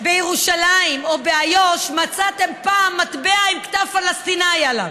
בירושלים או באיו"ש מצאתם פעם מטבע עם כתב פלסטיני עליו.